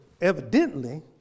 evidently